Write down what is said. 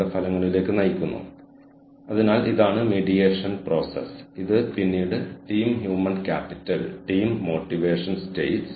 നിങ്ങളുടെ എതിരാളികളെക്കാൾ നേട്ടമുണ്ടാക്കാൻ നിങ്ങൾക്ക് ഉപയോഗിക്കാവുന്ന മൂന്നാമത്തെ തന്ത്രം ചെലവ് കുറയ്ക്കലാണ്